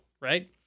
right